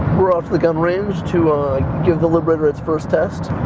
we're off the gun range to give the liberator its first test.